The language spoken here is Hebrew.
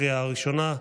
לקריאה הראשונה.